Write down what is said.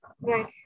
right